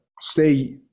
stay